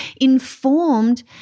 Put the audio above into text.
informed